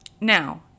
now